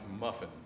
muffin